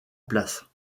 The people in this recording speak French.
place